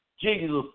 Jesus